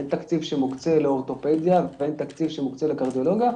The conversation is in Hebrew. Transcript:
אין תקציב שמוקצה לאורתופדיה ואין תקציב שמוקצה לקרדיולוגיה,